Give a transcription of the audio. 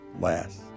last